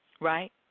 right